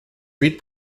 read